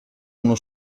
uno